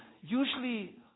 Usually